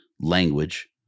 language